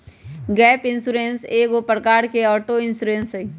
gap insurance एगो प्रकार के ऑटो इंश्योरेंस हइ